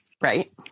Right